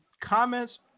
Comments